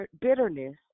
bitterness